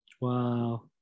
Wow